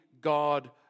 God